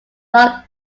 lloyd